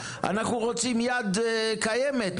אנחנו רוצים יד קיימת,